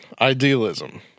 idealism